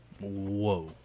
Whoa